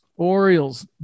Orioles